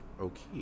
Okay